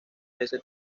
ese